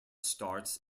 starts